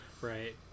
right